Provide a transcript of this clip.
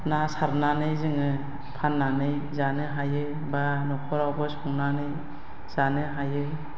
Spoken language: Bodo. ना सारनानै जोङो फाननानै जानो हायो एबा न'खरावबो संनानै जानो हायो